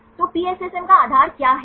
तो PSSM का आधार क्या है